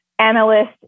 analyst